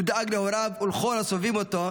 הוא דאג להוריו ולכל הסובבים אותו,